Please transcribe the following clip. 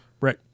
Right